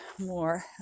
more